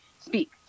speak